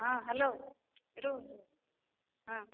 ହଁ ହ୍ୟାଲୋ ର ହଁ